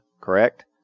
correct